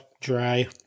dry